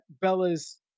Bella's